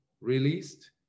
released